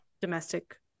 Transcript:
domestic